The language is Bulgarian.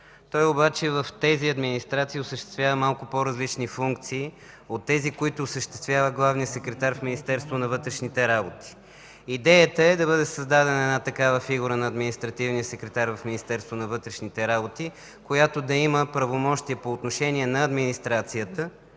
Той обаче в тези администрации осъществява малко по-различни функции от тези, които осъществява главният секретар в Министерството на вътрешните работи. Идеята е да бъде създадена такава фигура на административния секретар в МВР, която да има правомощия по отношение на администрацията